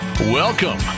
Welcome